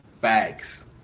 Facts